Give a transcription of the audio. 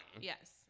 Yes